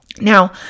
Now